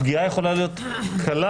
הפגיעה יכולה להיות קלה.